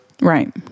Right